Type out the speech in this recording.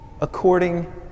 according